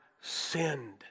sinned